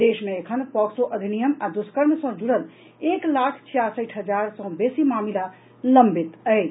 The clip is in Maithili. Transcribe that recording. देश मे एखन पॉक्सो अधिनियम आ दुष्कर्म सँ जुड़ल एक लाख छियासठि हजार सँ बेसी मामिला लंबित अछि